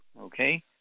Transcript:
Okay